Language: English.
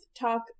talk